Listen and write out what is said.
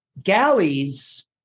Galleys